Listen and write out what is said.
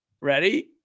ready